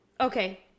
Okay